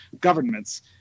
governments